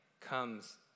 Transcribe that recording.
comes